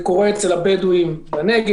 זה קורה אצל הבדואים בנגב,